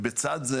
ובצד זה,